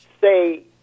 say